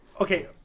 Okay